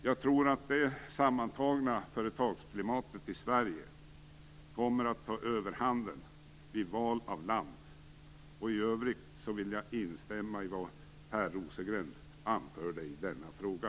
Jag tror att det sammantagna företagsklimatet i Sverige kommer att ta överhanden vid val av land. I övrigt vill jag instämma i vad Per Rosengren anförde i denna fråga.